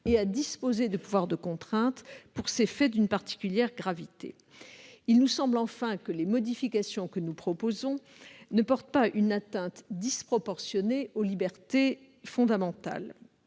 et à disposer de pouvoirs de contrainte pour ces faits d'une particulière gravité. Il nous semble, enfin, que les modifications que nous proposons ne portent pas une atteinte disproportionnée aux libertés fondamentales,